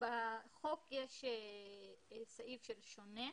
בחוק יש סעיף של שונות.